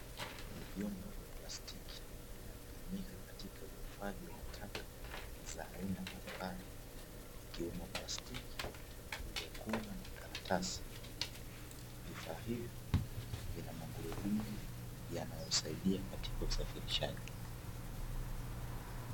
Vyombo vya plastiki vinavyotumika katika uhifadhi wa taka za aina mbalimbali ikiwemo plastiki, vyakula na karatasi. Vifaa hivyo vina magurudumu yanayosaidia katika usafirishaji.